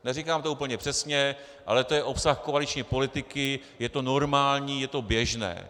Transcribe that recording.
Neříkám to úplně přesně, ale to je obsah koaliční politiky, je to normální, je to běžné.